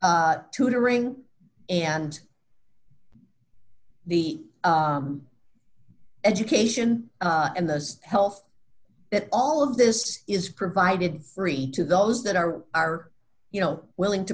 tutoring and the education and those health that all of this is provided free to those that are are you know willing to